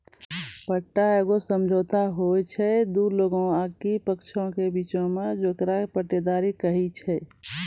पट्टा एगो समझौता होय छै दु लोगो आकि पक्षों के बीचो मे जेकरा पट्टेदारी कही छै